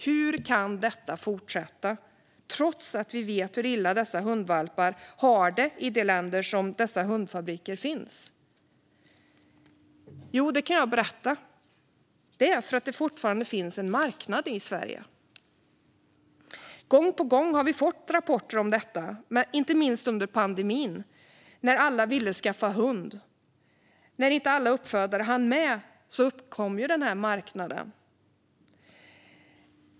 Hur kan detta fortsätta trots att vi vet hur dåligt dessa hundvalpar har det i de länder där hundfabrikerna finns? Jo, det kan jag berätta: Det kan fortsätta därför att det fortfarande finns en marknad i Sverige. Gång på gång har vi fått rapporter om detta, inte minst under pandemin då alla ville skaffa hund. När uppfödarna inte hann med uppstod den här marknaden.